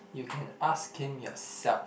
you can ask him yourself